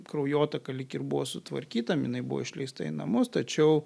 kraujotaka lyg ir buvo sutvarkyta jinai buvo išleista į namus tačiau